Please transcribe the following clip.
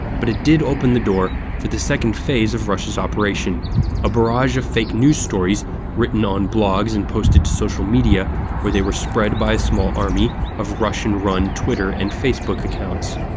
but it did open the door for the second phase of russia's operation a barrage of fake news stories written on blogs and posted to social media where they were spread by a small army of russian run twitter and facebook accounts.